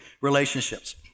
relationships